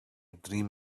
dream